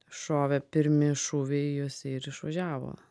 šovė pirmi šūviai jis ir išvažiavo